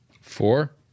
Four